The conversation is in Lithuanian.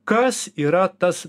kas yra tas